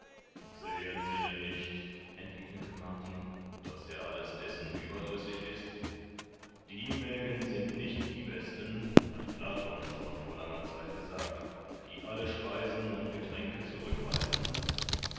sehen sie denn nicht entgegnete martin daß er alles dessen überdrüssig ist die mägen sind nicht die besten hat platon schon vor langer zeit gesagt die alle speisen und getränke zurückweisen